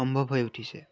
সম্ভৱ হৈ উঠিছে